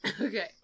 Okay